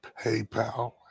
PayPal